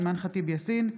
אימאן ח'טיב יאסין,